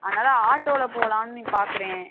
அதனால் ஆட்டோவில போகலான்னு பார்க்குறேன்